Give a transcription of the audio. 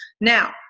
now